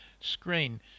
screen